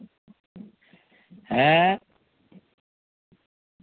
ᱦᱮᱸ